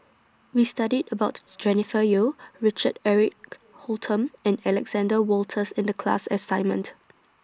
We studied about Jennifer Yeo Richard Eric Holttum and Alexander Wolters in The class assignment